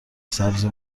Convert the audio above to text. سبزی